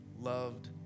loved